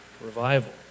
Revival